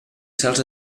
salts